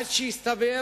עד שהסתבר